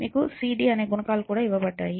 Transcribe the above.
మీకు c d అనే గుణకాలు కూడా ఇవ్వబడ్డాయి